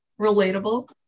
relatable